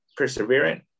perseverant